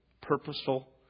purposeful